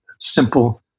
simple